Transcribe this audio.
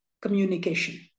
communication